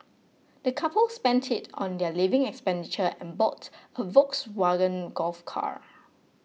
the couple spent it on their living expenditure and bought a Volkswagen Golf car